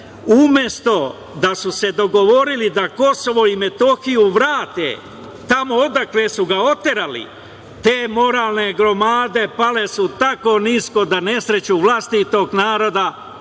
umesto da su se dogovorili da Kosovo i Metohiju vrate, tamo odakle su ga oterali, te moralne gromade pale su tako nisko, da nesreću vlastitog naroda